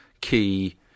key